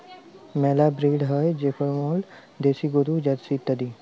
মেলা ব্রিড হ্যয় যেমল দেশি গরু, জার্সি ইত্যাদি